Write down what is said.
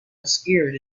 obscured